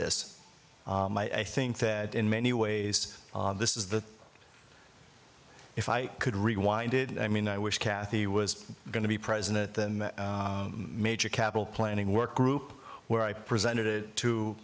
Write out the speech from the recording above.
is i think that in many ways this is the if i could rewind it i mean i wish cathy was going to be president the major capital planning work group where i presented